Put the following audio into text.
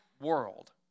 world